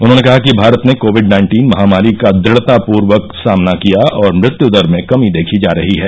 उन्होंने कहा कि भारत ने कोविड नाइन्टीन महामारी का दुढ़तापूर्वक सामना किया और मृत्यु दर में कमी देखी जा रही है